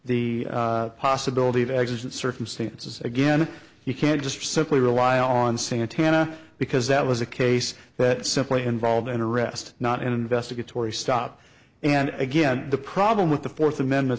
the possibility of exit circumstances again you can't just simply rely on santana because that was a case that simply involved in arrest not an investigatory stop and again the problem with the fourth amendment